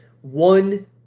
one